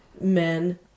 men